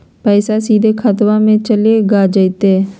पैसाबा सीधे खतबा मे चलेगा जयते?